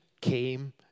came